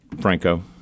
Franco